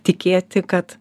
tikėti kad